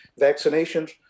vaccinations